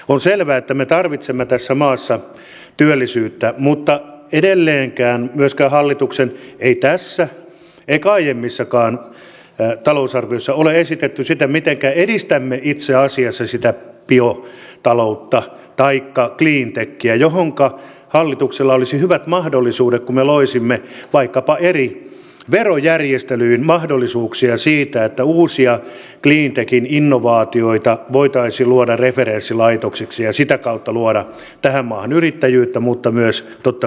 on selvää että me tarvitsemme tässä maassa työllisyyttä mutta edelleenkään ei hallituksen tässä eikä myöskään aiemmissa talousarvioissa ole esitetty sitä mitenkä edistämme itse asiassa sitä biotaloutta taikka cleantechiä mihinkä hallituksella olisi hyvät mahdollisuudet kun me loisimme vaikkapa eri verojärjestelyin mahdollisuuksia siihen että uusia cleantechin innovaatioita voitaisiin luoda referenssilaitoksiksi ja sitä kautta luoda tähän maahan yrittäjyyttä mutta myös totta kai työpaikkoja